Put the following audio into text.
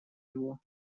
его